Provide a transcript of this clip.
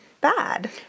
bad